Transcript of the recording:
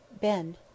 Ben